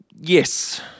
yes